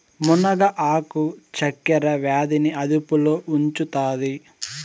మునగ ఆకు చక్కర వ్యాధి ని అదుపులో ఉంచుతాది